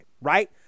right